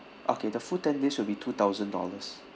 okay the full ten days will be two thousand dollars